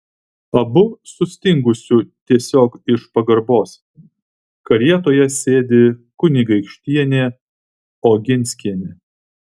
abu sustingusiu tiesiog iš pagarbos karietoje sėdi kunigaikštienė oginskienė